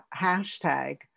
hashtag